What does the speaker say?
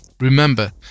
Remember